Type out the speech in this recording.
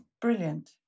brilliant